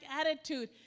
attitude